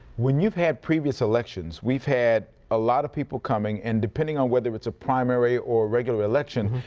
when you've had previously elections, we've had a lot of people coming, and depending on whether it's a primary or regular election,